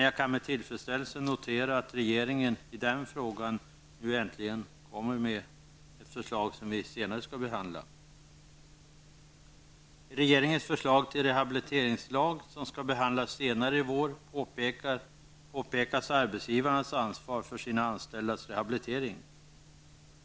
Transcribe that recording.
Jag kan med tillfredsställelse notera att regeringen i den frågan nu äntligen kommer med ett förslag, som vi senare skall behandla. I regeringens förslag till rehabiliteringslag, som skall behandlas senare i vår, påpekas arbetsgivarnas ansvar för sina anställdas rehabilitering.